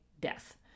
death